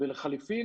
ולחלופין,